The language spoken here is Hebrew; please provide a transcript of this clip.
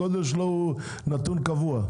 הגודל שלו הוא נתון קבוע.